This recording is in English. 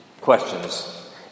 questions